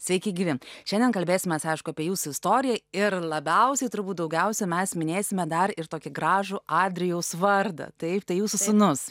sveiki gyvi šiandien kalbėsimės aišku apie jūsų istoriją ir labiausiai turbūt daugiausia mes minėsime dar ir tokį gražų adrijaus vardą taip tai jūsų sūnus